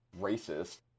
racist